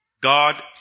God